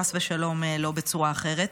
חס ושלום לא בצורה אחרת.